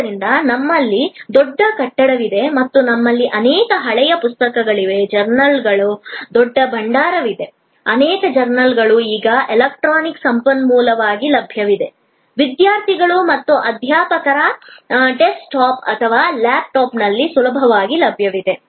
ಆದ್ದರಿಂದ ನಮ್ಮಲ್ಲಿ ದೊಡ್ಡ ಕಟ್ಟಡವಿದೆ ಮತ್ತು ನಮ್ಮಲ್ಲಿ ಅನೇಕ ಹಳೆಯ ಪುಸ್ತಕಗಳಿವೆ ಜರ್ನಲ್ಗಳ ದೊಡ್ಡ ಭಂಡಾರವಿದೆ ಅನೇಕ ಜರ್ನಲ್ಗಳು ಈಗ ಎಲೆಕ್ಟ್ರಾನಿಕ್ ಸಂಪನ್ಮೂಲವಾಗಿ ಲಭ್ಯವಿದೆ ವಿದ್ಯಾರ್ಥಿಗಳು ಮತ್ತು ಅಧ್ಯಾಪಕರ ಡೆಸ್ಕ್ಟಾಪ್ ಅಥವಾ ಲ್ಯಾಪ್ಟಾಪ್ನಲ್ಲಿ ಸುಲಭವಾಗಿ ಲಭ್ಯವಿದೆ